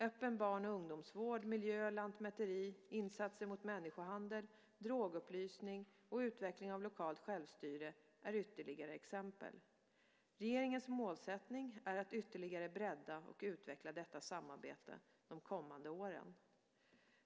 Öppen barn och ungdomsvård, miljö, lantmäteri, insatser mot människohandel, drogupplysning och utveckling av lokalt självstyre är ytterligare exempel. Regeringens målsättning är att ytterligare bredda och utveckla detta samarbete de kommande åren.